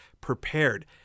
prepared—